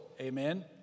Amen